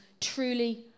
truly